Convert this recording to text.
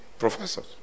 professors